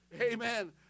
Amen